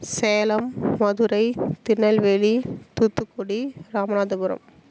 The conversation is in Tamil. சேலம் மதுரை திருநெல்வேலி தூத்துக்குடி ராமநாதபுரம்